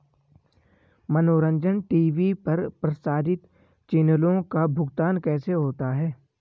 मनोरंजन टी.वी पर प्रसारित चैनलों का भुगतान कैसे होता है?